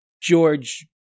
George